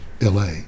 LA